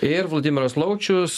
ir vladimiras laučius